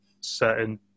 certain